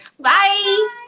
bye